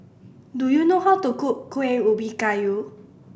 do you know how to cook Kueh Ubi Kayu